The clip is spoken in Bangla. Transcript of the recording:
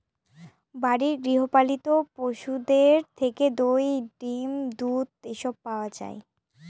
বাড়ির গৃহ পালিত পশুদের থেকে দই, ডিম, দুধ এসব পাওয়া যায়